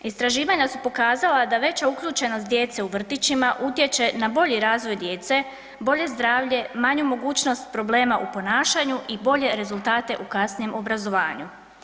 Istraživanja su pokazala da veća uključenost djece u vrtićima utječe na bolji razvoj djece, bolje zdravlje, manju mogućnost problema u ponašanju i bolje rezultate u kasnijem obrazovanju.